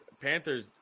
Panthers